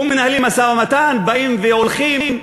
ומנהלים משא-ומתן, באים והולכים.